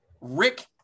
Rick